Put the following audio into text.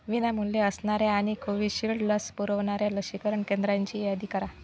विनामूल्य असणाऱ्या आणि कोविशिल्ड लस पुरवणाऱ्या लसीकरण केंद्रांची यादी करा